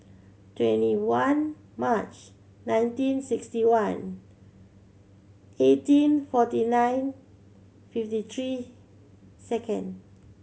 twenty one March nineteen sixty one eighteen forty nine fifty three second